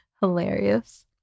Hilarious